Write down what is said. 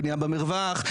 פניה במרווח,